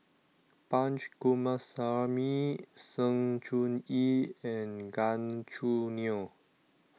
Punch Coomaraswamy Sng Choon Yee and Gan Choo Neo